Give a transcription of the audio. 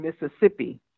Mississippi